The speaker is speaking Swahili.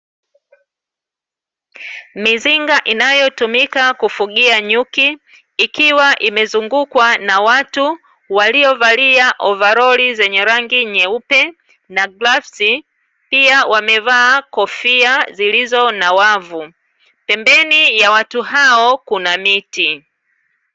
Mizinga inayotumika kufugia nyuki, ikiwa imezungukwa na watu waliovalia Ova roli zenye rangi nyeupe na glavu, pia wamevaa kofia zilizo na wavu, pembeni ya watu hao kuna miti.